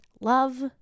Love